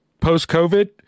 post-COVID